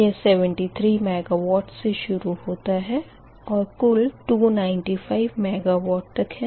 यह 73 MW से शुरू होता है और कुल 295 MW है